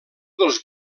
dels